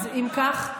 אז אם כך,